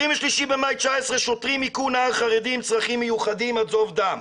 23 במאי 19' שוטרים היכו נער חרדי עם צרכים מיוחדים עד זוב דם.